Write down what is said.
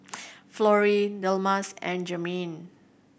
Florrie Delmas and Jermain